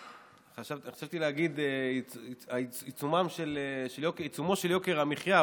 חשבתי להגיד "בעיצומו של יוקר המחיה",